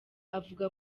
avuga